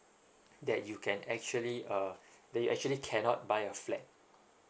that you can actually uh that you actually cannot buy a flat